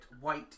white